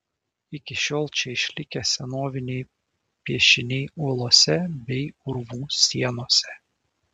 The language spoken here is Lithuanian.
iki šiol čia išlikę senoviniai piešiniai uolose bei urvų sienose